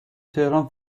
تهران